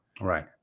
Right